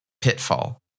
pitfall